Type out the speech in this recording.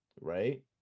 right